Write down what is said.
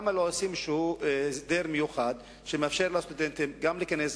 למה לא עושים הסדר מיוחד כלשהו שיאפשר לסטודנטים גם להיכנס,